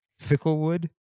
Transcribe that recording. Ficklewood